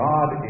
God